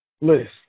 list